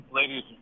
ladies